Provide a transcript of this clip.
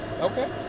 Okay